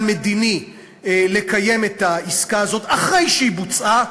מדיני לקיים את העסקה הזאת אחרי שהיא בוצעה,